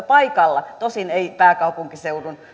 paikalla tosin ei pääkaupunkiseudun